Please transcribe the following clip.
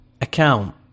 account